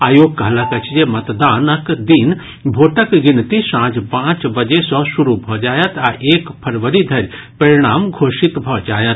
आयोग कहलक अछि जे मतदानक दिन भोटक गिनती सांझ पांच बजे सॅ शुरू भऽ जायत आ एक फरवरी धरि परिणाम घोषित भऽ जायत